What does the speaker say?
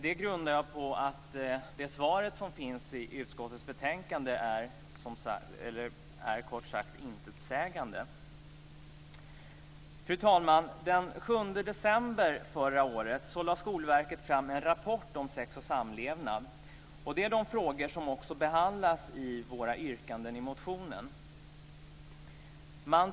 Detta grundar jag på att det svar som finns i utskottets betänkande är kort sagt intetsägande. Fru talman! Den 7 december förra året lade Skolverket fram en rapport om sex och samlevnad. Det är de frågorna som också behandlas i våra yrkanden i motionen.